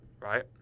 right